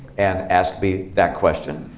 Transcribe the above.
and ask me that question.